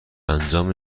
انجام